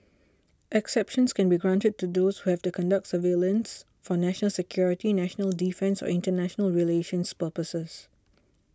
exceptions can be granted to those who have to conduct surveillance for national security national defence or international relations purposes